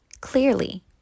clearly